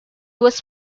was